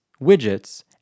widgets